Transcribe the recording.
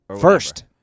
First